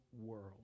world